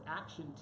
action